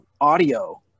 audio